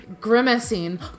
Grimacing